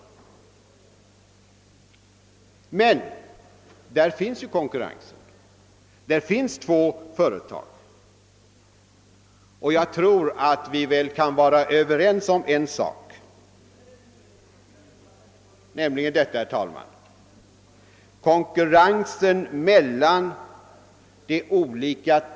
Men i Storbritannien finns ju konkurrens — man har två företag. Och jag tror att vi kan vara överens om en sak, nämligen att konkurrensen mellan de olika.